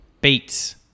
beats